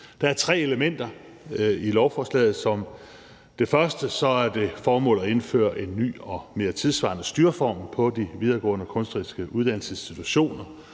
Der er tre elementer i lovforslaget. Som det første er det et formål at indføre en ny og mere tidssvarende styreform på de videregående kunstneriske uddannelsesinstitutioner.